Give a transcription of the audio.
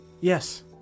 Yes